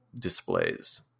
displays